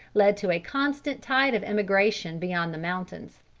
led to a constant tide of emigration beyond the mountains.